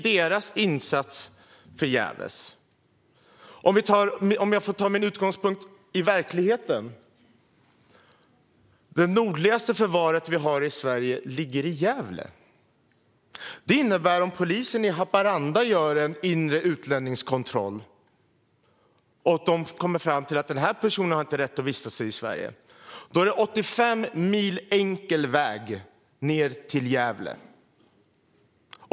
Deras insats blir förgäves. Låt mig ta min utgångspunkt i verkligheten. Det nordligaste förvaret i Sverige ligger i Gävle. Det innebär att om polisen i Haparanda gör en inre utlänningskontroll, och de kommer fram till att en person inte har rätt att vistas i Sverige, är det 85 mil enkel väg till Gävle.